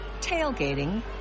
tailgating